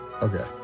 Okay